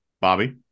Bobby